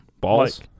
Balls